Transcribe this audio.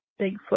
Bigfoot